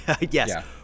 yes